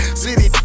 city